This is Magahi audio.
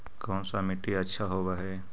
कोन सा मिट्टी अच्छा होबहय?